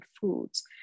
foods